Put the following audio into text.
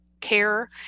care